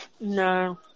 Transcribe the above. no